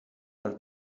are